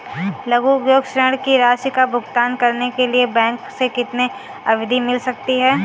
लघु उद्योग ऋण की राशि का भुगतान करने के लिए बैंक से कितनी अवधि मिल सकती है?